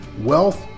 Wealth